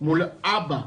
מול אבא,